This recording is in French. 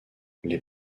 les